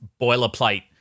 boilerplate